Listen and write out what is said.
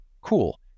Cool